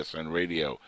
Radio